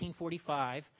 1945